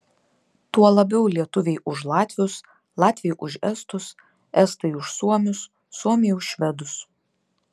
tuo labiau lietuviai už latvius latviai už estus estai už suomius suomiai už švedus